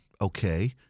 Okay